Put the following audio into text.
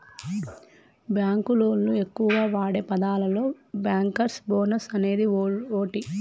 బాంకులోళ్లు ఎక్కువగా వాడే పదాలలో బ్యాంకర్స్ బోనస్ అనేది ఓటి